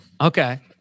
Okay